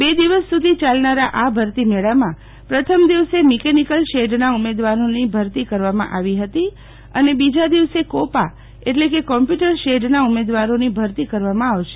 બે દિવસ સુધી યાલનારા આ ભરતી મેળામાં પ્રથમ દિવસે મીકેનીકલ શેડના ઉમેદવારોની ભરતી કરવામાં આવી હતી અને બીજા દિવસે કોપા એટલે કે કમ્પ્યુટર શેડના ઉમેદવારોની ભરતી કરવામાં આવશે